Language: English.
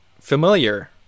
familiar